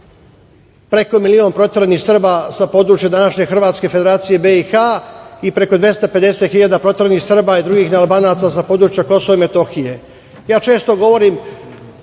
preko milion proteranih Srba sa područja današnje Hrvatske , Federacije BiH i preko 250 hiljada Srba i drugih nealbanaca sa područja Kosova i Metohije. Često govorim